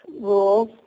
rules